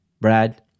Brad